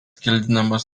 kildinamas